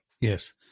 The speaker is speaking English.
Yes